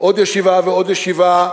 עוד ישיבה ועוד ישיבה,